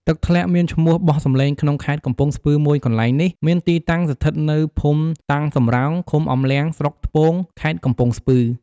ទឹកធ្លាក់មានឈ្មោះបោះសម្លេងក្នុងខេត្តកំពង់ស្ពឺមួយកន្លែងនេះមានទីតាំងស្ថិតនៅ ភូមិតាំងសំរោង ឃុំអមលាំង ស្រុកថ្ពង ខេត្តកំពង់ស្ពឺ ។